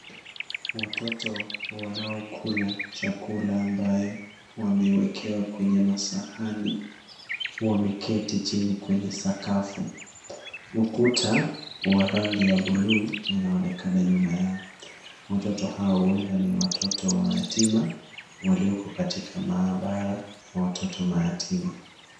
Watoto wanaokula chakula ambayo wamekewa kwenye masahani wameketi chini kwenye sakafu. Ukuta wa rangi ya blue unaonekana nyuma yao. Watoto hao huenda ni watoto mayatima walioko kwenye maabara ya watoto mayatima.